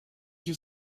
you